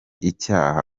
icyaha